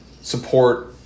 support